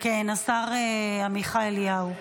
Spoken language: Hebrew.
כן, השר עמיחי אליהו.